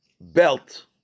belt